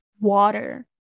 water